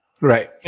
Right